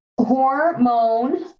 Hormone